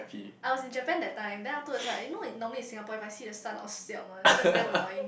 I was in Japan that time then afterwards right you know normally in Singapore if I see the sun I will siam one because it's damn annoying